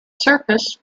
surface